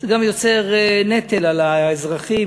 זה גם יוצר נטל על האזרחים,